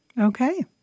okay